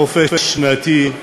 בחופשה שנתית,